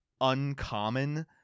uncommon